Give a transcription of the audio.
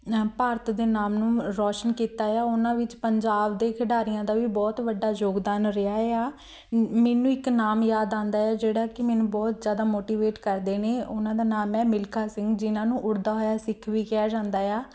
ਭਾਰਤ ਦੇ ਨਾਮ ਨੂੰ ਰੋਸ਼ਨ ਕੀਤਾ ਏ ਆ ਉਹਨਾਂ ਵਿੱਚ ਪੰਜਾਬ ਦੇ ਖਿਡਾਰੀਆਂ ਦਾ ਵੀ ਬਹੁਤ ਵੱਡਾ ਯੋਗਦਾਨ ਰਿਹਾ ਏ ਆ ਮ ਮੈਨੂੰ ਇੱਕ ਨਾਮ ਯਾਦ ਆਉਂਦਾ ਹੈ ਜਿਹੜਾ ਕਿ ਮੈਨੂੰ ਬਹੁਤ ਜ਼ਿਆਦਾ ਮੋਟੀਵੇਟ ਕਰਦੇ ਨੇ ਉਹਨਾਂ ਦਾ ਨਾਮ ਹੈ ਮਿਲਖਾ ਸਿੰਘ ਜਿਨ੍ਹਾਂ ਨੂੰ ਉੱਡਦਾ ਹੋਇਆ ਸਿੱਖ ਵੀ ਕਿਹਾ ਜਾਂਦਾ ਏ ਆ